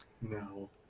No